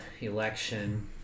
election